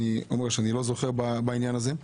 אני אומר שאני לא זוכר בעניין הזה.